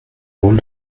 rôle